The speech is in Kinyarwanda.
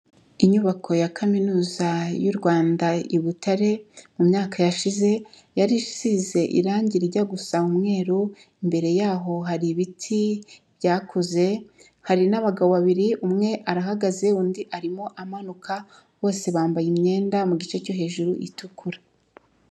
Inyubako ya Kaminuza y'u Rwanda i Butare, mu myaka yashize yari isize irange rijya gusa umweru, imbere yaho hari ibiti byakuze hari n'abagabo babiri umwe arahagaze undi arimo amanuka bose bambaye imyenda mu gice cyo hejuru itukura.